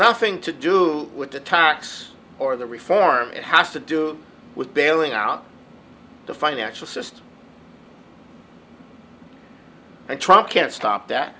nothing to do with the tax or the reform it has to do with bailing out the financial system and trying can't stop that